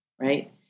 right